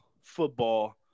football